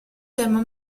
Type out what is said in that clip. tema